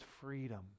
freedom